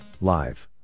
Live